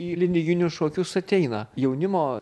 į linijinius šokius ateina jaunimo